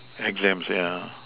exams yeah